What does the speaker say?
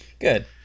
good